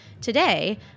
Today